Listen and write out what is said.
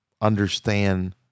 understand